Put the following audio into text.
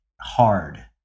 hard